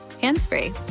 hands-free